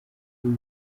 kuri